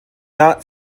not